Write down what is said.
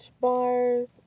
Bars